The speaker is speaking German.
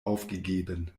aufgegeben